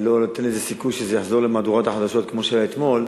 אני לא נותן סיכוי לזה שזה יחזור למהדורת החדשות כמו שזה היה אתמול.